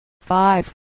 Five